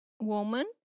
Woman